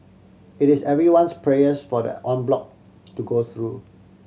it is everyone's prayers for the en bloc to go through